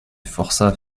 forçats